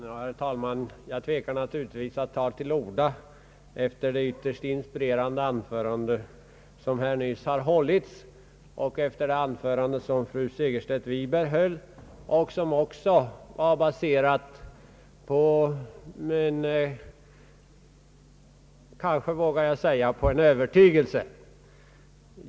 Herr talman! Jag tvekar naturligtvis att ta till orda efter det ytterst stimulerande anförande som nyss har hållits och efter det anförande som fru Segerstedt Wiberg höll. Även hennes anförande var, vågar jag säga, baserat på en övertygelse.